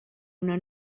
una